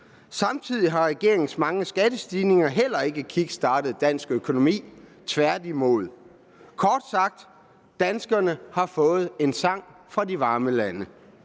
Samtidig har regeringens mange skattestigninger heller ikke kickstartet dansk økonomi, tværtimod. Kort sagt har danskerne fået en sang fra de varme lande.